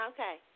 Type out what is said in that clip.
Okay